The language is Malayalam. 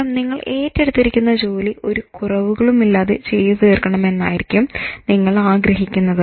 കാരണം നിങ്ങൾ ഏറ്റെടുത്തിരിക്കുന്ന ജോലി ഒരു കുറവുകളുമില്ലാതെ ചെയ്തു തീർക്കണമെന്നായിരിക്കും നിങ്ങൾ ആഗ്രഹിക്കുന്നത്